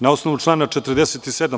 Na osnovu člana 47.